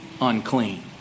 unclean